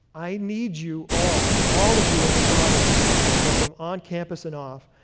i need you all, all of you in this audience both from on campus and off,